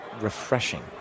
refreshing